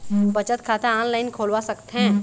बचत खाता ऑनलाइन खोलवा सकथें?